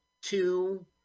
two